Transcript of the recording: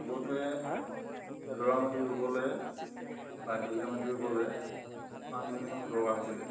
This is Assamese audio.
আগতেে এডৰা মাটি ৰুবলৈ বা এবিঘা মাটি ৰুবলৈ পাঁচজনী মানুহ দৰকাৰ হৈছিলে